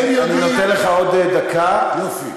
רק הם יודעים, טוב, אני נותן לך עוד דקה, יופי.